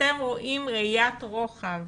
שאתם רואים ראיית רוחב